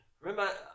Remember